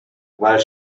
while